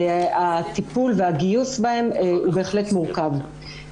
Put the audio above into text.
הטיפול והגיוס בהם הוא בהחלט מורכב.